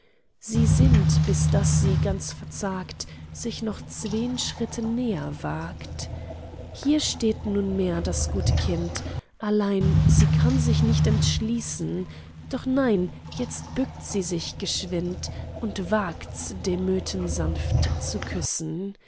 sie sinnt bis daß sie ganz verzagt sich noch zween schritte näher wagt hier steht nunmehr das gute kind allein sie kann sich nicht entschließen doch nein itzt bückt sie sich geschwind und wagts damöten sanft zu küssen